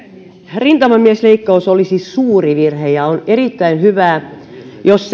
rintamamiesleikkaus olisi suuri virhe ja on erittäin hyvä jos